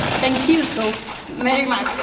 thank you so very much.